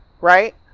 right